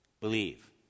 believe